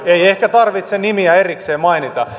ei ehkä tarvitse nimiä erikseen mainita